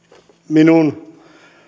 minun